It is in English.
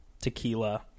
tequila